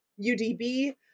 UDB